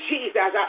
Jesus